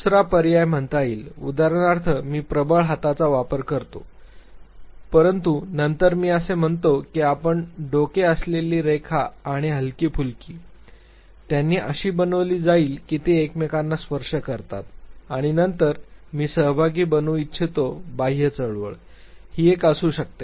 दुसरा पर्याय म्हणता येईल उदाहरणार्थ मी प्रबळ हाताचा वापर करतो परंतु नंतर मी असे म्हणतो की बाण डोके असलेली रेखा आणि हलकीफुलकी त्यांनी अशी बनविली जाईल की ते एकमेकांना स्पर्श करतात आणि नंतर मी सहभागी बनवू इच्छितो बाह्य चळवळ ही एक असू शकते